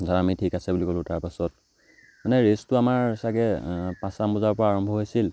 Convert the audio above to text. তাৰপাছত আমি ঠিক আছে বুলি ক'লোঁ তাৰপাছত মানে ৰেচটো আমাৰ ছাগৈ পাঁচটামান বজাৰ পৰা আৰম্ভ হৈছিল